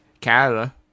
Canada